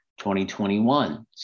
2021